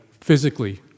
physically